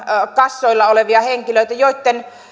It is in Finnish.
kassoilla olevia henkilöitä joitten